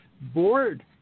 board